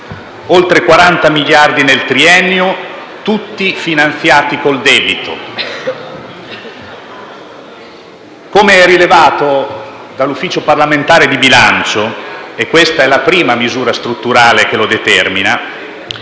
oltre 40 miliardi di euro nel triennio, tutti finanziati ricorrendo al debito. Come rilevato dall'Ufficio parlamentare di bilancio - e questa è la prima misura strutturale che lo determina